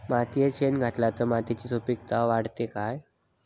मातयेत शेण घातला तर मातयेची सुपीकता वाढते काय?